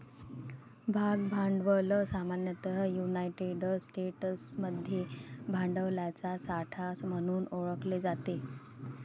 भाग भांडवल सामान्यतः युनायटेड स्टेट्समध्ये भांडवलाचा साठा म्हणून ओळखले जाते